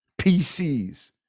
PCs